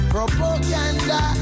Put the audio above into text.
Propaganda